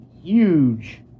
huge